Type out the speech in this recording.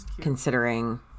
Considering